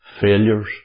failures